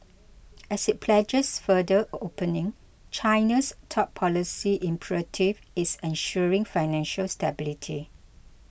as it pledges further opening China's top policy imperative is ensuring financial stability